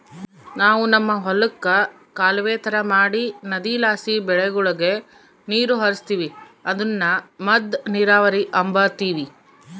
ನಾವು ನಮ್ ಹೊಲುಕ್ಕ ಕಾಲುವೆ ತರ ಮಾಡಿ ನದಿಲಾಸಿ ಬೆಳೆಗುಳಗೆ ನೀರು ಹರಿಸ್ತೀವಿ ಅದುನ್ನ ಮದ್ದ ನೀರಾವರಿ ಅಂಬತೀವಿ